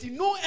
no